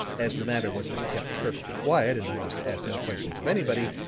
as the matter was to be kept perfectly quiet and i was to ask no questions of anybody,